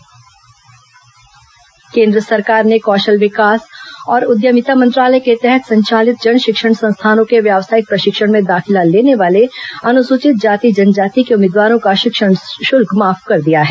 व्यावसायिक प्रशिक्षण शल्क केंद्र सरकार ने कौशल विकास और उद्यमिता मंत्रालय के तहत संचालित जन शिक्षण संस्थानों के व्यावसायिक प्रशिक्षण में दाखिला लेने वाले अनुसूचित जाति जनजाति के उम्मीदवारों का शिक्षण शुल्क माफ कर दिया है